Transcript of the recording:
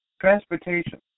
Transportation